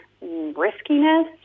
riskiness